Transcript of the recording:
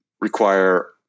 require